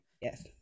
Yes